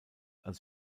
als